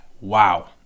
Wow